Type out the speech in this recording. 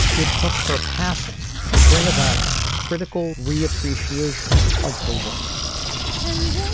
it took her passing to bring about a critical reappropriation of her work and